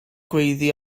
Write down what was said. gweiddi